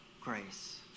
grace